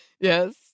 Yes